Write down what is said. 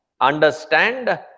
Understand